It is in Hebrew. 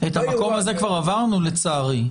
את המקום הזה כבר עברנו, לצערי.